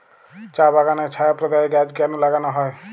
চা বাগানে ছায়া প্রদায়ী গাছ কেন লাগানো হয়?